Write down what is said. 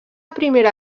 primera